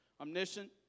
omniscient